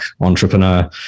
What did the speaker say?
entrepreneur